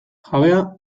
jabea